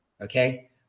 Okay